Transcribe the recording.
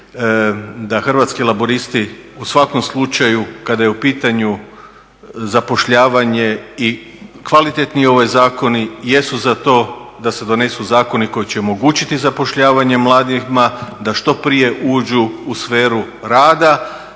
da Hrvatski laburisti u svakom slučaju kada je u pitanju zapošljavanje i kvalitetni zakoni jesu za to da se donesu zakoni koji će omogućiti zapošljavanje mladima da što prije uđu u sferu rada,